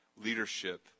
Leadership